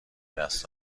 دست